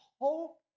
hope